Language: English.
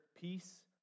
peace